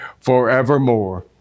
forevermore